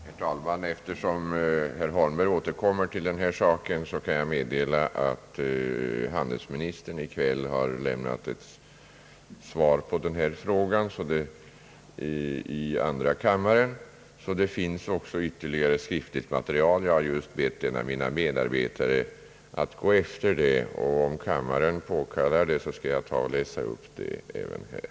Herr talman! Eftersom herr Holmberg återkommer till denna sak kan jag meddela att handelsministern i kväll har lämnat ett svar på denna fråga i andra kammaren. Det finns således ytterligare skriftligt material. Jag har just bett en av mina medarbetare att gå efter det uttalandet. Om kammaren så påkallar, skall jag läsa upp det även här.